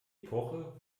epoche